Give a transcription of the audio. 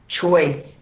choice